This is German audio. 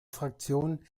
fraktion